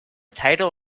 title